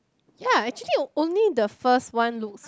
ya actually only the first one looks